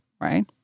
Right